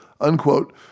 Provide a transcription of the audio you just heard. unquote